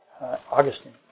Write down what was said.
Augustine